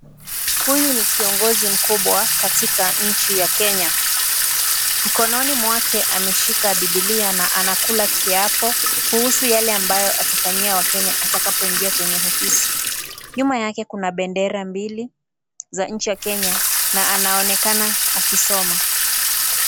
Huyu ni kiongozi mkubwa katika nchi ya Kenya. Mkononi mwake ameshika bibilia na anakula kiapo kuhusu yale ambayo atafanyia wakenya atakapoingia kwenye ofisi. Nyuma yake kuna bendera mbili za nchi ya Kenya na anaonekana akisoma.